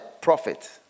prophet